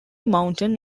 mountain